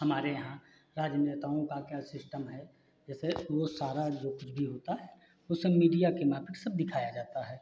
हमारे यहाँ राजनेताओं का क्या सिश्टम है जैसे वह सारा जो कुछ भी होता है वह सब मीडिया के माफिक सब दिखाया जाता है